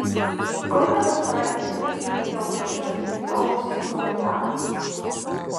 klaipėdos rankininkai įveikė ukrainos čempionus komentarai